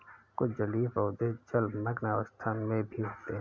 कुछ जलीय पौधे जलमग्न अवस्था में भी होते हैं